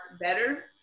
better